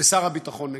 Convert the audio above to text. ושר הביטחון נגדו?